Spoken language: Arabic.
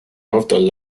الأفضل